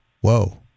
Whoa